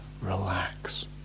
relax